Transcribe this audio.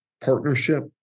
partnership